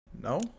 No